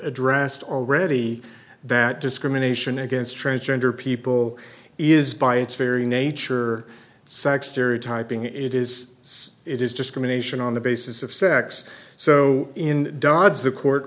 addressed already that discrimination against transgender people is by its very nature sex stereotyping it is so it is discrimination on the basis of sex so in dogs the court